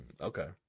Okay